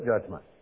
judgment